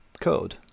code